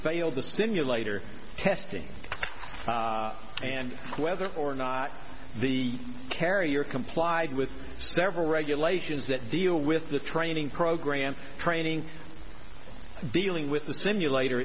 failed the simulator testing and whether or not the carrier complied with several regulations that deal with the training program training dealing with the simulator